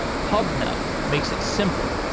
pubnub makes it simple,